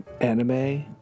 anime